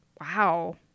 Wow